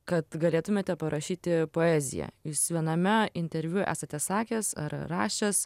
kad galėtumėte parašyti poeziją jūs viename interviu esate sakęs ar rašęs